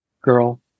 girl